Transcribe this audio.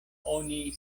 oni